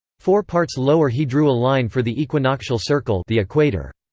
four parts lower he drew a line for the equinoctial circle the equator.